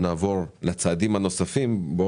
אני